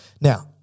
Now